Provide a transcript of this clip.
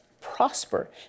prosper